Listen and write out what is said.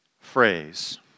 phrase